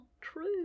true